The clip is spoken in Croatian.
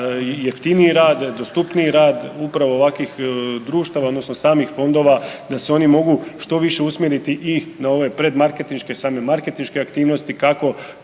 jeftiniji rad, dostupniji rad upravo ovakvih društava odnosno samih fondova da se oni mogu što više usmjeriti i na ove pred marketinške, same marketinške aktivnosti kako